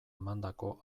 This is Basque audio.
emandako